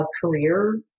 career